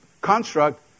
construct